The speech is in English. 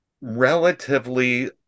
relatively